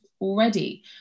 already